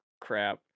crap